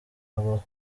habaho